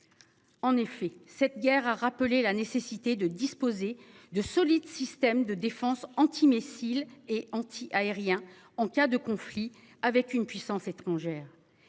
En effet, cette guerre a rappelé la nécessité de disposer de solides systèmes de défense antimissile et anti-aérien en cas de conflit avec une puissance étrangère